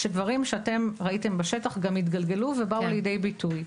דברים שאתם ראיתם בשטח גם התגלגלו ובאו לידי ביטוי.